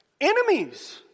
enemies